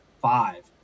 five